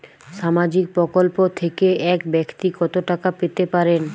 সামাজিক প্রকল্প থেকে এক ব্যাক্তি কত টাকা পেতে পারেন?